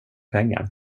pengar